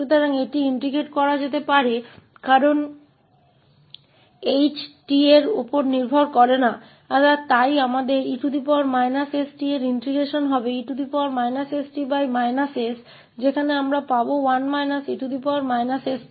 तो इसे एकीकृत किया जा सकता है क्योंकि यहाँ h नहीं है T पर निर्भर करता है इसलिए हमारे पास हैe st और एकीकरण होगा e sT s जहां हमें मिलेगा 1 − e sT